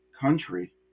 country